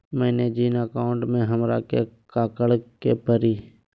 मैंने जिन अकाउंट में हमरा के काकड़ के परी?